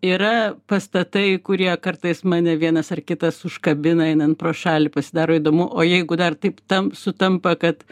yra pastatai kurie kartais mane vienas ar kitas užkabina einant pro šalį pasidaro įdomu o jeigu dar taip tam sutampa kad